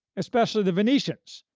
especially the venetians,